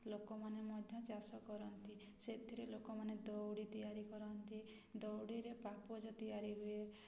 ଲୋକମାନେ ମଧ୍ୟ ଚାଷ କରନ୍ତି ସେଥିରେ ଲୋକମାନେ ଦଉଡ଼ି ତିଆରି କରନ୍ତି ଦଉଡ଼ିରେ ପାପୋଛ ତିଆରି ହୁଏ